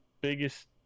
biggest